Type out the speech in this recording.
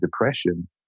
depression